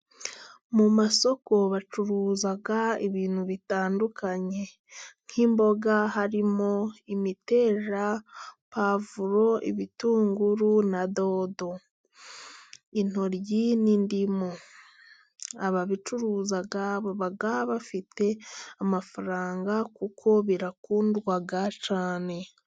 Mu masoko bacuruza ibintu bitandukanye nk'imboga harimo imiteja, puwavuro, ibitunguru na dodo intoryi n'indimu, ababicuruza baba bafite amafaranga kuko birakundwa cyane.